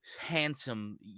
handsome